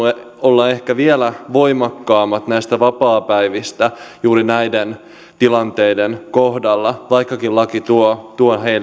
olla ehkä vielä voimakkaammat näistä vapaapäivistä juuri näiden tilanteiden kohdalla vaikkakin laki tuo tuo heille